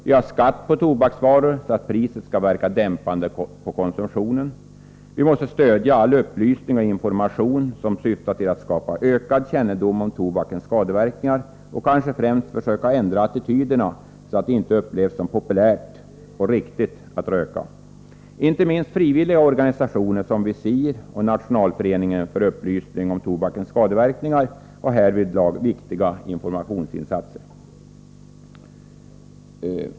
Vi har en skatt på tobaksvaror, så att priset skall verka dämpande på konsumtionen. Vi måste stödja all upplysning och information som syftar till att skapa ökad kännedom om tobakens skadeverkningar och kanske främst försöka ändra attityderna, så att det inte upplevs som populärt och ”riktigt” att röka. Inte minst frivilliga organisationer som Visir och Nationalföreningen för upplysning om tobakens skadeverkningar — NTS — gör härvidlag viktiga informationsinsatser.